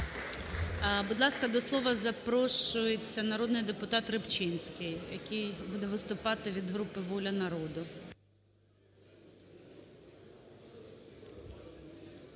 Будь ласка, до слова запрошується народний депутат Рибчинський, який буде виступати від групи "Воля народу"